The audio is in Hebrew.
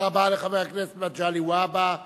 תודה רבה לחבר הכנסת מגלי והבה.